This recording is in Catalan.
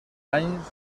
anys